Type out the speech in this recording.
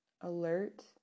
alert